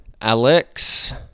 Alex